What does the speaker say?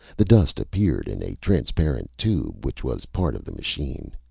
the dust appeared in a transparent tube which was part of the machine.